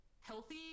healthy